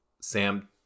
Sam